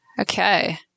Okay